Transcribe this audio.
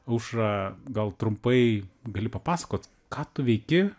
aušra gal trumpai gali papasakot ką tu veiki